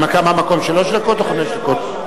הנמקה מהמקום שלוש דקות או חמש דקות?